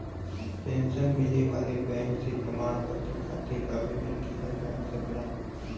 pension मिले वाले bank से प्रमाण पत्र खातिर आवेदन किहल जा सकला